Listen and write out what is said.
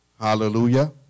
Hallelujah